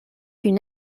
une